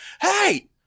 hey